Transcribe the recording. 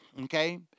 okay